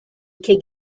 ecke